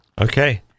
Okay